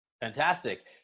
Fantastic